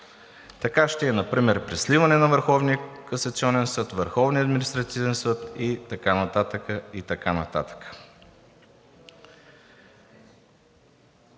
Така ще е например при сливане на Върховния касационен съд, Върховния административен съд“ и така нататък,